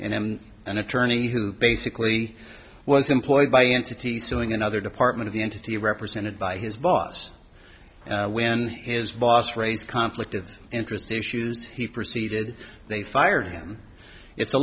him an attorney who basically was employed by the entity suing another department of the entity represented by his boss when his boss raised conflict of interest issues he proceeded they fired him it's a